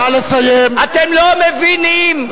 אתם לא מבינים,